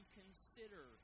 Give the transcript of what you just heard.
consider